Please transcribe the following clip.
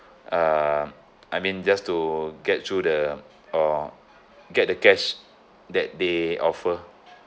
um I mean just to get through the or get the cash that they offer